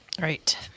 Right